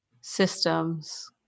systems